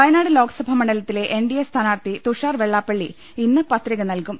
വയനാട് ലോക്സഭാ മണ്ഡലത്തിലെ എൻഡിഎ സ്ഥാനാർഥി തുഷാർവെള്ളാപ്പള്ളി ഇന്ന് പത്രിക നൽകും